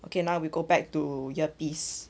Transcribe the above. okay now we go back to your earpiece